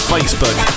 Facebook